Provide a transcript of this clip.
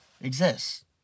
exists